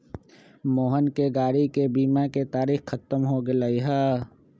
मोहन के गाड़ी के बीमा के तारिक ख़त्म हो गैले है